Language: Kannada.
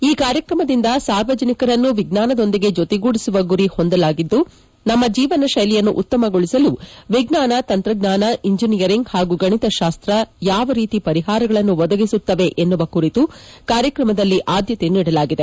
ಈ ಕಾರ್ಯಕ್ರಮದಿಂದ ಸಾರ್ವಜನಿಕರನ್ನೂ ವಿಜ್ವಾನದೊಂದಿಗೆ ಜೊತೆಗೂಡಿಸುವ ಗುರಿಹೊಂದಲಾಗಿದ್ದು ನಮ್ಮ ಜೀವನಶೈಲಿಯನ್ನು ಉತ್ತಮಗೊಳಿಸಲು ವಿಜ್ಙಾನ ತಂತ್ರಜ್ಙಾನ ಇಂಜಿನಿಯರಿಂಗ್ ಹಾಗೂ ಗಣಿತಶಾಸ್ತ ಯಾವರೀತಿ ಪರಿಹಾರಗಳನ್ನು ಒದಗಿಸುತ್ತವೆ ಎನ್ನುವ ಕುರಿತು ಕಾರ್ಯಕ್ರಮದಲ್ಲಿ ಆದ್ಲತೆ ನೀಡಲಾಗಿದೆ